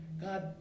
God